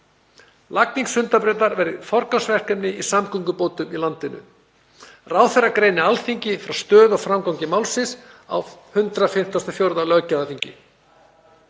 Lagning Sundabrautar verði forgangsverkefni í samgöngubótum í landinu. Ráðherra greini Alþingi frá stöðu og framgangi málsins á 154. löggjafarþingi.